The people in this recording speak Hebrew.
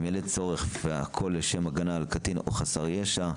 אם יעלה לצורך והכל לשם הגנה על הקטין או חסר ישע,